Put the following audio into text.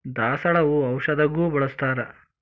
ದಾಸಾಳ ಹೂ ಔಷಧಗು ಬಳ್ಸತಾರ